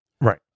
Right